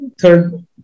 third